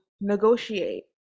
negotiate